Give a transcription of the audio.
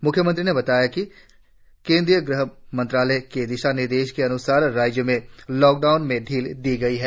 मुख्यमंत्री ने बताया कि केंद्रीय ग़हमंत्रालय के दिशा निर्देशों के अन्सार राज्य में लॉकडाउन में ढील दी गई है